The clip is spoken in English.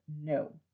no